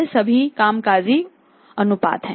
ये सभी कामकाजी अनुपात हैं